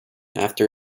after